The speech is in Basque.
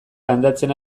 landatzen